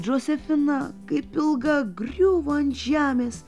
džozefina kaip ilga griuvo ant žemės